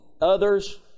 others